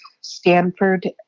Stanford